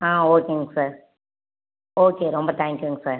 ஆ ஓகேங்க sir okay ரொம்ப தேங்க்யூங்க சார்